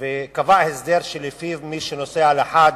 וקבע הסדר שלפיו מי שנוסע לחאג'